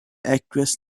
actress